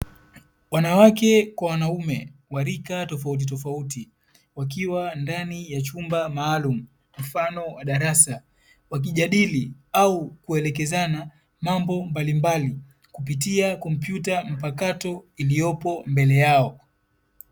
Wanawake kwa wanaume walika tofautitofauti, wakiwa ndani ya chumba maalumu mfano wa darasa, wakijadili au kuelekezana mambo mbalimbali kupitia kompyuta mpakato iliyopo mbele yao.